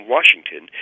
Washington